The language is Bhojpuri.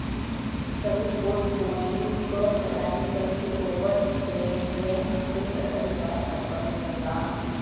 सही पोर्टफोलियो क तैयारी करके ओवर इन्वेस्टमेंट से बचल जा सकला